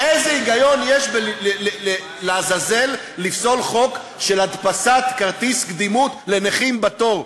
איזה היגיון יש לעזאזל לפסול חוק של הדפסת כרטיס קדימות לנכים בתור?